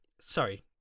Sorry